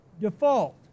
default